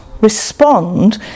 respond